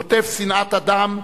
נוטף שנאת אדם,